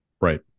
Right